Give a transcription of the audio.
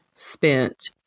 spent